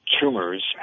Tumors